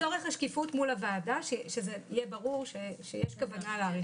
לצורך השקיפות מול הוועדה שיהיה ברור שיש כוונה להאריך.